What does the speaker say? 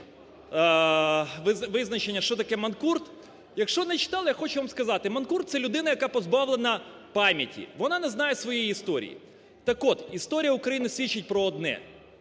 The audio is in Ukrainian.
визначення, що таке манкурт. Якщо не читали, я хочу вам сказати, манкурт – це людина, яка позбавлена пам'яті, вона не знає своєї історії. Так от, історія України свідчить про одне: